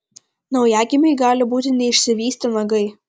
naujagimiui gali būti neišsivystę nagai